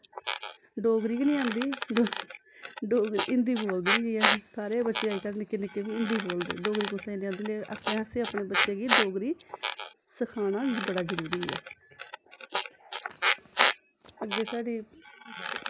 डोगरी गै निं आंदी हिन्दी बोलदे निं जाईयै सारे गै बच्चे अज कल्ल निक्के निक्के बी हिन्दी बोलदे डोगरी कुसे गी निं आंदी अपने असै अपने बच्चें गी डोगरी सखाना बड़ा जरूरी ऐ अग्गै साढ़ी